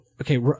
okay